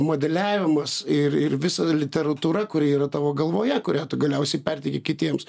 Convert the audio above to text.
modeliavimas ir ir visa literatūra kuri yra tavo galvoje kurią galiausiai perteiki kitiems